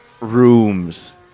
rooms